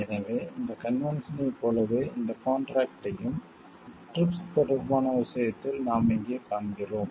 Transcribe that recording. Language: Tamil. எனவே இந்த கன்வென்ஷனைப் போலவே இந்த கான்ட்ராக்ட்டையும் TRIPS தொடர்பான விஷயத்திலும் நாம் இங்கே காண்கிறோம்